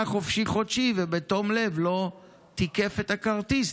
חופשי-חודשי ובתום לב לא תיקף את הכרטיס.